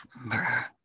remember